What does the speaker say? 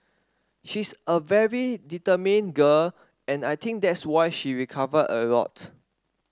she's a very determined girl and I think that's why she recovered a lot